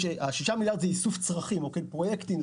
ה-6 מיליארד זה איסוף צרכים, פרויקטים.